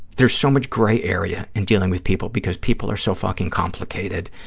there's so much gray area in dealing with people because people are so fucking complicated,